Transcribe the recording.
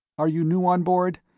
are you new on board?